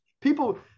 people –